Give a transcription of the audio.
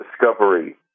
discovery